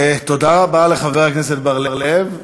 תודה רבה לחבר הכנסת בר-לב.